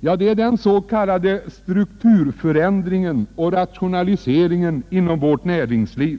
Jo, jag menar den s.k. strukturförändringen och rationaliseringen inom vårt näringsliv.